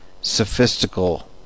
sophistical